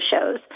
shows